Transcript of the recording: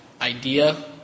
idea